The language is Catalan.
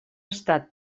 estat